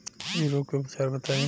इ रोग के उपचार बताई?